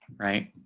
right,